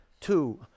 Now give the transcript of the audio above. two